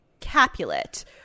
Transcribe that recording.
Capulet